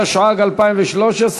התשע"ג 2013,